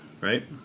right